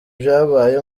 ivyabaye